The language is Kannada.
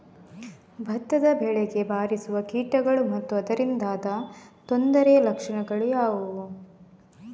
ಭತ್ತದ ಬೆಳೆಗೆ ಬಾರಿಸುವ ಕೀಟಗಳು ಮತ್ತು ಅದರಿಂದಾದ ತೊಂದರೆಯ ಲಕ್ಷಣಗಳು ಯಾವುವು?